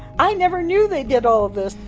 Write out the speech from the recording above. i never knew they did all this!